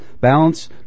Balance